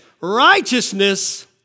righteousness